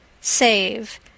save